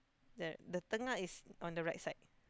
the the tengah is on the right side